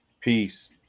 Peace